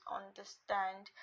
understand